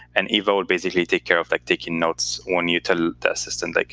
and eva would basically take care of like taking notes when you tell the assistant, like